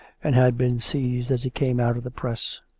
and had been seized as he came out of the press.